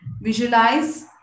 Visualize